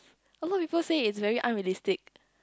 a lot people say it's very unrealistic